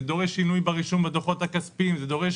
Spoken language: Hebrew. זה דורש שינוי ברישום בדוחות הכספיים, זה דורש